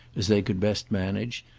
as they could best manage,